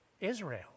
Israel